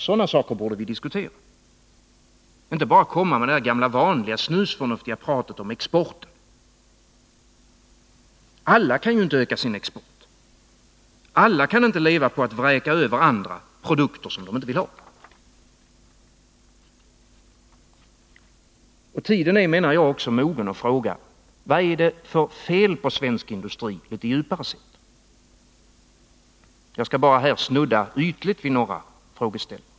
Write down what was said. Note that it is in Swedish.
Sådana frågor borde vi diskutera, inte bara komma med det gamla vanliga snusförnuftiga pratet om exporten. Alla kan inte öka sin export. Alla kan inte leva på att på andra vräka över produkter som de inte själva vill ha. Tiden är mogen att fråga: Vad är det för fel på svensk industri litet djupare sett? Jag skall här bara snudda ytligt vid några frågeställningar.